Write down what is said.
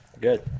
Good